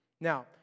Now